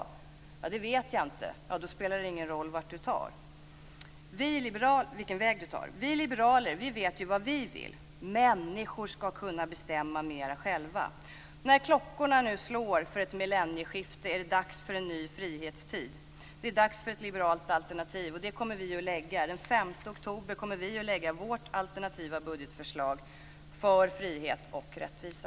Om man då säger att man inte vet, svarar ugglan: Då spelar det ingen roll vilken väg du tar. Vi liberaler vet vad vi vill: Människor ska kunna bestämma mer själva. När klockorna nu slår för ett millennieskifte är det dags för en ny frihetstid. Det är dags för ett liberalt alternativ, och ett sådant kommer vi att lägga fram. Den 5 oktober kommer vi att lägga fram vårt alternativa budgetförslag för frihet och rättvisa.